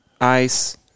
ice